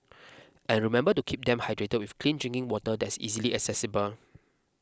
and remember to keep them hydrated with clean drinking water that's easily accessible